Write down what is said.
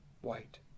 white